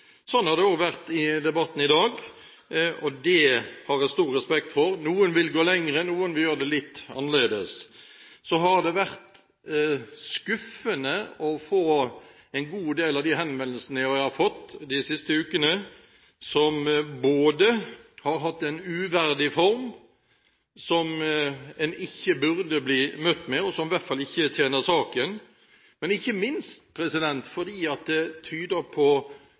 Sånn har det også vært i debatten i dag, og det har jeg stor respekt for. Noen vil gå lenger, noen vil gjøre det litt annerledes. Så har det vært skuffende at en god del av de henvendelsene jeg har fått de siste ukene, har hatt en uverdig form, som en ikke burde bli møtt med, og som i hvert fall ikke tjener saken, ikke minst fordi det tyder på